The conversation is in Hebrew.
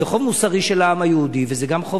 זה חוב מוסרי של העם היהודי וזה גם חוב